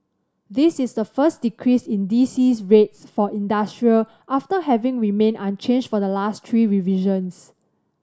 this is the first decrease in D C rates for industrial after having remained unchanged for the last three revisions